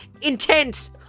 Intense